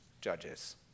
judges